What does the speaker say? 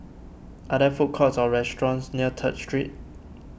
are there food courts or restaurants near Third Street